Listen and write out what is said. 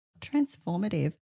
Transformative